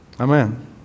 Amen